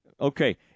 Okay